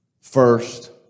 first